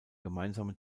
gemeinsame